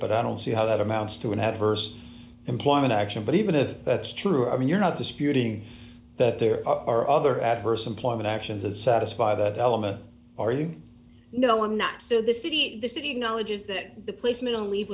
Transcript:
but i don't see how that amounts to an adverse employment action but even if that's true i mean you're not disputing that there are other adverse employment actions that satisfy that element or you know i'm not so the city the city of knowledge is that the policemen on leave